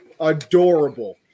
Adorable